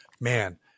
man